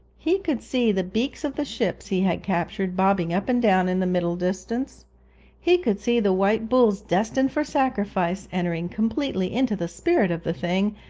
he could see the beaks of the ships he had captured, bobbing up and down in the middle distance he could see the white bulls destined for sacrifice entering completely into the spirit of the thing,